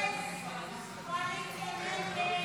ההסתייגות לא התקבלה.